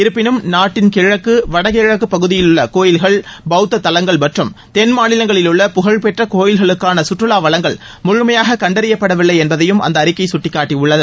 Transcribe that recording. இருப்பினும் நாட்டின் கிழக்கு வடகிழக்கு பகுதிகளிலுள்ள கோயில்கள் பௌத்த தலங்கள் மற்றும் தென்மாநிலங்களிலுள்ள புகழ்பெற்ற கோயில்களுக்கான சுற்றுலா வளங்கள் முழுமையாக கண்டறியப்படவில்லை என்பதையும் அந்த அறிக்கை சுட்டிக்காட்டியுள்ளது